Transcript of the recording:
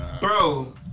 Bro